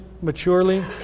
maturely